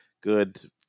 good